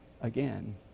again